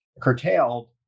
curtailed